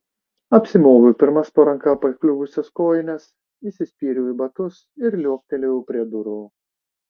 apsimoviau pirmas po ranka pakliuvusias kojines įsispyriau į batus ir liuoktelėjau prie durų